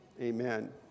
Amen